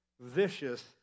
vicious